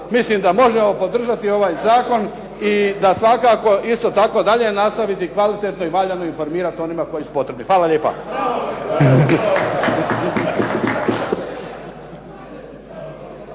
mislim da možemo podržati ovaj zakon i svakako isto tako dalje nastaviti kvalitetno i valjano informirati onima koji su potrebni. Hvala lijepa.